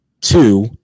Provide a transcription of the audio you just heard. two